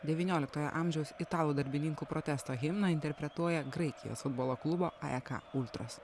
devynioliktojo amžiaus italų darbininkų protesto himną interpretuoja graikijos futbolo klubo aeka ultros